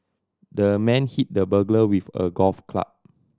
the man hit the burglar with a golf club